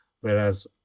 whereas